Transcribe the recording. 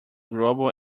global